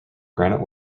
granite